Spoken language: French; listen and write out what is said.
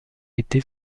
été